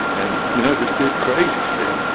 and you know just did crazy stuff.